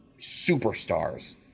superstars